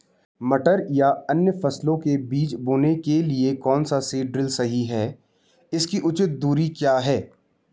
मटर या अन्य फसलों के बीज बोने के लिए कौन सा सीड ड्रील सही है इसकी उचित दूरी क्या है?